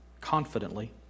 confidently